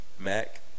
Mac